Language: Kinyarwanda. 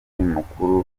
mukuru